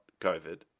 COVID